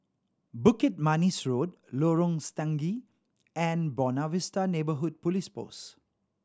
Bukit Manis Road Lorong Stangee and Buona Vista Neighbourhood Police Post